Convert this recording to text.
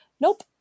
nope